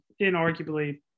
inarguably